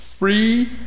Free